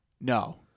No